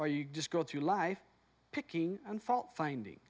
or you just go through life picking and fault finding